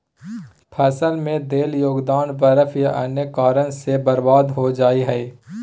फसल में देल योगदान बर्फ या अन्य कारन से बर्बाद हो जा हइ